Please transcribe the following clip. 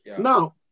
now